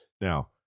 Now